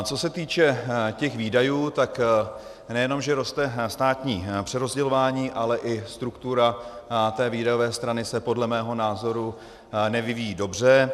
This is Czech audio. Co se týče těch výdajů, tak nejenom že roste státní přerozdělování, ale i struktura té výdajové strany se podle mého názoru nevyvíjí dobře.